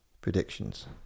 predictions